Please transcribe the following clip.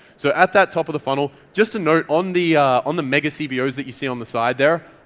so at that top of the funnel, just to note on the on the mega cbo's that you see on the side there,